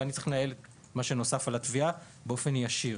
ואני צריך לנהל את מה שנוסף על התביעה באופן ישיר.